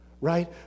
right